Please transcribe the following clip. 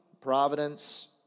providence